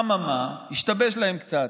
אממה, השתבש להם קצת.